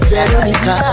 Veronica